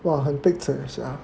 !wah! 很 pekchek sia